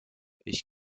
ich